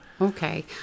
Okay